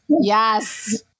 Yes